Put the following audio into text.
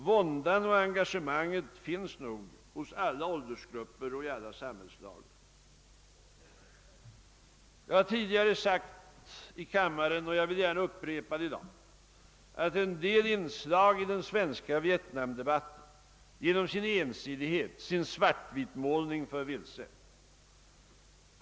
Våndan och engagemanget finns nog i alla åldersgrupper och samhällslager. Jag har tidigare sagt i kammaren och vill gärna upprepa det i dag, att en del inslag i den svenska vietnamdebatten genom sin ensidighet och svart-vit-målning för vilse.